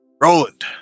Roland